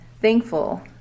thankful